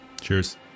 cheers